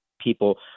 people